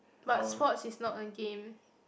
but sports is not a game